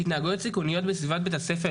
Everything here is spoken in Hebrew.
התנהגויות סיכוניות בסביבת בית הספר,